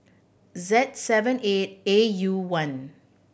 Z seven eight A U one